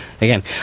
Again